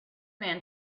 man